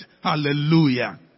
Hallelujah